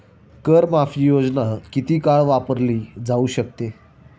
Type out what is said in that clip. कर माफी योजना किती काळ वापरली जाऊ शकते?